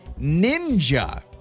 Ninja